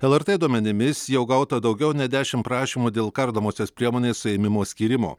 lrt duomenimis jau gauta daugiau nei dešimt prašymų dėl kardomosios priemonės suėmimo skyrimo